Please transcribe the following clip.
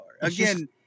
again